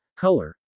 color